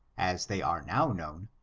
as they are now known,